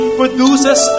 produces